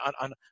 on